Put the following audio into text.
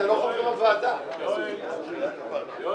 ההחלטה לפטור התקבלה.